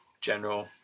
general